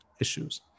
issues